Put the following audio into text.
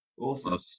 Awesome